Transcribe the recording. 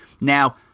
Now